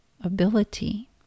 ability